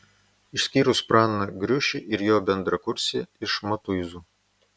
išskyrus praną griušį ir jo bendrakursį iš matuizų